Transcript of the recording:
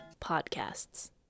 podcasts